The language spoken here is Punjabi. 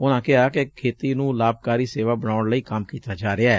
ਉਨੂਾ ਕਿਹਾ ਕਿ ਖੇਤੀ ਨੂੰ ਲਾਭਕਾਰੀ ਸੇਵਾ ਬਣਾਉਣ ਲਈ ਕੰਮ ਕੀਤਾ ਜਾ ਰਿਹੈ